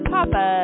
Papa